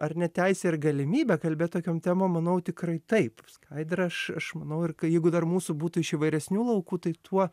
ar ne teisė ir galimybė kalbėt tokiom temom manau tikrai taip skaidra aš aš manau ir kai jeigu dar mūsų būtų iš įvairesnių laukų tai tuo